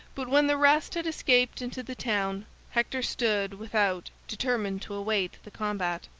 but when the rest had escaped into the town hector stood without determined to await the combat.